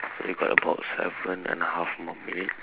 we got about seven and a half more minute